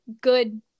good